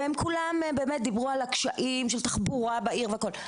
והם כולם דיברו על הקשיים של תחבורה בעיר והכול.